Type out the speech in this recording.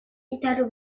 italo